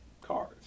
cars